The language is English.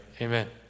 Amen